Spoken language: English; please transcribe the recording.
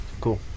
Cool